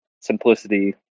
simplicity